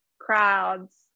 crowds